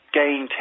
gain